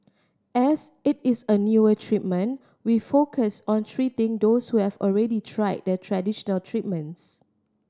as it is a newer treatment we focus on treating those who have already tried the traditional treatments